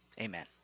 amen